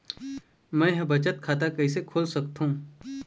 मै ह बचत खाता कइसे खोल सकथों?